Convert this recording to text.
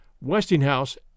Westinghouse